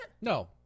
no